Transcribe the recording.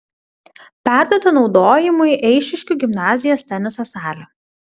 perduota naudojimui eišiškių gimnazijos teniso salė